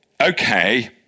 Okay